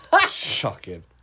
Shocking